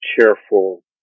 careful